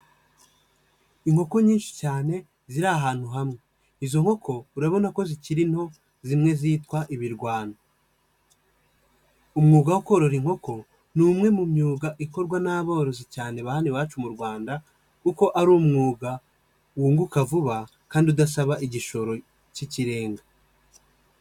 Inkoko nyinshi cyane ziri ahantu hamwe, izo nkoko urabona ko zikiri nto zimwe zitwa ibirwano, umwuga wo korora inkoko ni umwe mu myuga ikorwa n'aborozi cyane bahano iwacu mu Rwanda kuko ari umwuga wunguka vuba kandi udasaba igishoro k'ikirenga.